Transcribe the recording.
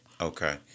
Okay